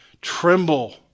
tremble